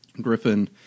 Griffin